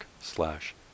slash